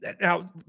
Now